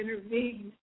intervened